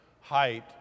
height